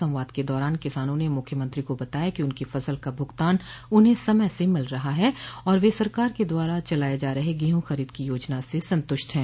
संवाद के दौरान किसानों ने मुख्यमंत्री को बताया कि उनकी फसल का भुगतान उन्हें समय से मिल रहा है और वे सरकार के द्वारा चलाये जा रहे गेहूँ खरीद की योजना से संतुष्ट है